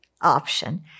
option